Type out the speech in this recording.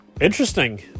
Interesting